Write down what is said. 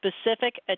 Specific